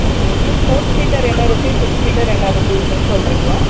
okay okay four seater என்ன rupees six seater என்ன ரூபீஸுன்னு சொல்கிறீங்களா